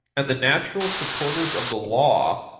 and the natural supporters of the law,